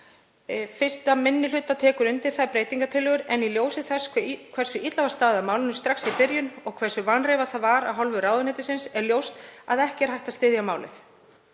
1. minni hluti tekur undir þær breytingartillögur en í ljósi þess hversu illa var staðið að málinu strax í byrjun og hversu vanreifað það var af hálfu ráðuneytisins er ljóst að ekki er hægt að styðja málið.